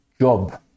job